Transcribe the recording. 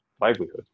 livelihood